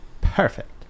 perfect